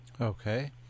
Okay